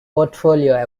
portfolio